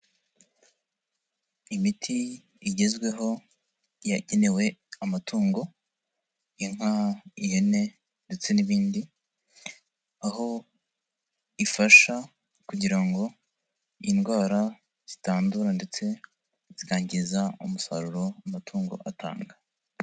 Imiti igezweho yagenewe amatungo: inka, ihene ndetse n'ibindi, aho ifasha kugira ngo indwara zitandura ndetse zikangiza umusaruro amatungo atanga.